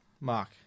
Mark